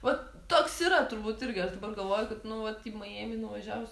vat toks yra turbūt irgi aš dabar galvoju kad nu vat į majėmį nuvažiavus